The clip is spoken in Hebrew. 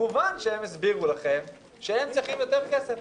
כמובן הם הסבירו לכם שהם צריכים יותר כסף,